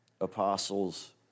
apostles